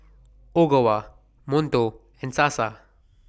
Ogawa Monto and Sasa